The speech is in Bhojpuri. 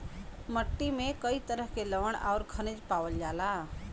मट्टी में कई तरह के लवण आउर खनिज पावल जाला